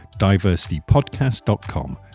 Diversitypodcast.com